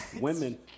Women